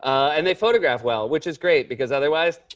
and they photograph well, which is great, because otherwise,